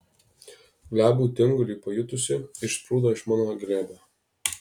glebų tingulį pajutusi išsprūdo iš mano glėbio